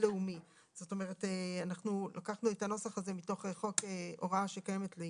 ובלבד שהארגון כאמור הוכר על ידי שר הרווחה והביטחון החברתי לעניין